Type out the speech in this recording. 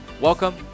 welcome